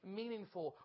meaningful